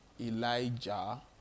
Elijah